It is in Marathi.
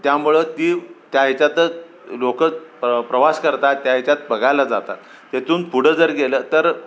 त्यामुळं ती त्या ह्याच्यात लोक प्र प्रवास करतात त्या ह्याच्यात बघायला जातात तिथून पुढं जर गेलं तर